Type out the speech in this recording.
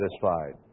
satisfied